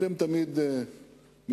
אתם תמיד מצטנעים.